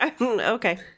Okay